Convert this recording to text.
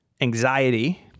anxiety